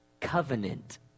Covenant